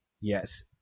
Yes